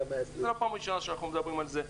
זה לא פעם ראשונה שאנחנו מדברים על זה,